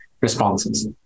responses